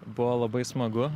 buvo labai smagu